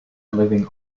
living